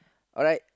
alright